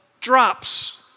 drops